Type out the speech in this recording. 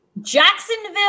Jacksonville